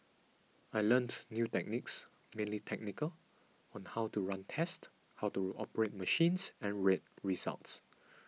I learnt new techniques mainly technical on how to run tests how to operate machines and read results